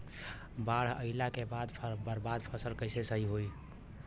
बाढ़ आइला के बाद बर्बाद फसल कैसे सही होयी?